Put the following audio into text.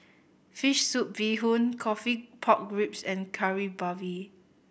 Fish Soup Bee Hoon Coffee Pork Ribs and Kari Babi